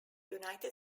united